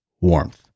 warmth